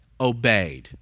Obeyed